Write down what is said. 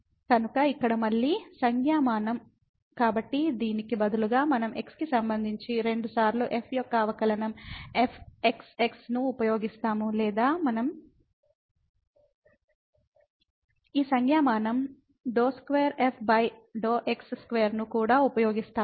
కాబట్టి ఇక్కడ మళ్ళీ సంజ్ఞామానం కాబట్టి దీనికి బదులుగా మనం x కి సంబంధించి రెండుసార్లు f యొక్క అవకలనం fxx ను ఉపయోగిస్తాము లేదా మనం ఈ సంజ్ఞామానం ∂2f∂x2ను కూడా ఉపయోగిస్తాము